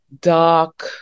dark